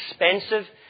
expensive